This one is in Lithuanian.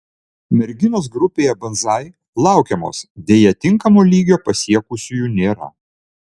merginos grupėje banzai laukiamos deja tinkamo lygio pasiekusiųjų nėra